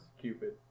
cupid